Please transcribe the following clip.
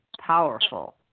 powerful